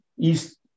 East